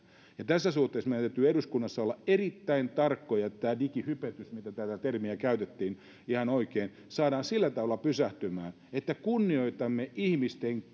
ja tässä suhteessa meidän täytyy eduskunnassa olla erittäin tarkkoja että tämä digihypetys niin kuin tätä termiä käytettiin ihan oikein saadaan sillä tavalla pysähtymään että kunnioitamme ihmisten